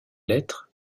lettres